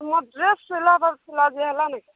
ମୋ ଡ୍ରେସ୍ ସିଲାବାର ଥିଲା ଯେ ହେଲାନି କି